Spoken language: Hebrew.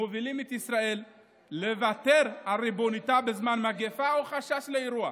מובילים את ישראל לוותר על ריבונותה בזמן מגפה או חשש לאירוע.